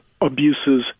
abuses